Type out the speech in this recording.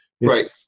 Right